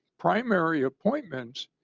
primary appointments